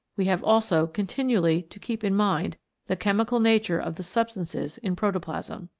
we have also continually to keep in mind the chemical nature of the substances in protoplasm.